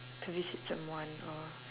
to visit someone or